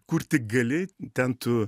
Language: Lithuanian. kur tik gali ten tu